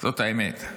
זאת האמת.